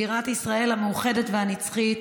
בירת ישראל המאוחדת והנצחית,